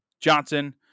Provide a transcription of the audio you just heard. Johnson